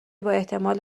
باحتمال